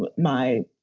but my.